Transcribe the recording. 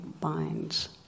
binds